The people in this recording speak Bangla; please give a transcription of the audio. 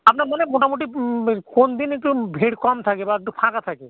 আপনার মানে মোটামুটি কোন দিন একটু ভিড় কম থাকে বা একটু ফাঁকা থাকে